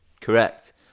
Correct